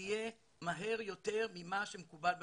זה יהיה מהר יותר ממה שמקובל במחוזותינו.